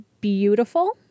beautiful